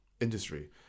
industry